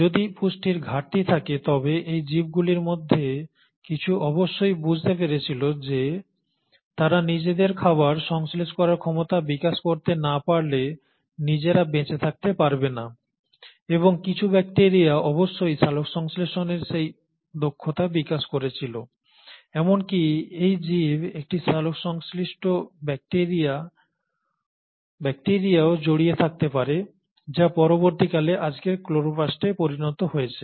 যদি পুষ্টির ঘাটতি থাকে তবে এই জীবগুলির মধ্যে কিছু অবশ্যই বুঝতে পেরেছিল যে তারা নিজের খাবার সংশ্লেষ করার ক্ষমতা বিকাশ করতে না পারলে নিজেরা বেঁচে থাকতে পারবে না এবং কিছু ব্যাকটেরিয়া অবশ্যই সালোকসংশ্লেষণের সেই দক্ষতা বিকাশ করেছিল এমনকি এই জীব একটি সালোকসংশ্লিষ্ট ব্যাকটিরিয়াও জড়িয়ে থাকতে পারে যা পরবর্তী কালে আজকের ক্লোরোপ্লাস্টে পরিণত হয়েছে